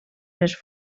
les